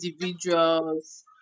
individuals